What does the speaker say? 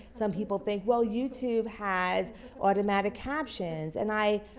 some people think, well youtube has automatic captions and i